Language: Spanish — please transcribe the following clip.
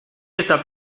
esa